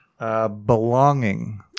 Belonging